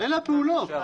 הפעולות.